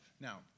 Now